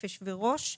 נפש וראש,